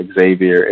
Xavier